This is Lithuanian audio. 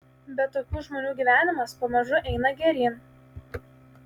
bet tokių žmonių gyvenimas pamažu eina geryn